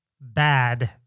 bad